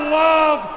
love